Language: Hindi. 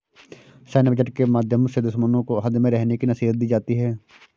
सैन्य बजट के माध्यम से दुश्मनों को हद में रहने की नसीहत दी जाती है